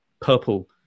purple